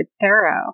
thorough